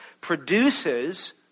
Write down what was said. produces